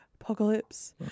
apocalypse